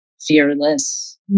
Fearless